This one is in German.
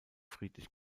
friedlich